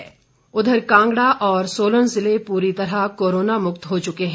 कांगडा उधर कांगड़ा और सोलन ज़िले पूरी तरह कोरोना मुक्त हो चुके हैं